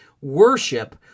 worship